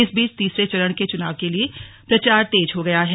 इस बीच तीसरे चरण के चुनाव के लिए प्रचार तेज हो गया है